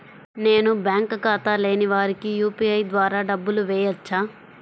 నేను బ్యాంక్ ఖాతా లేని వారికి యూ.పీ.ఐ ద్వారా డబ్బులు వేయచ్చా?